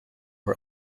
are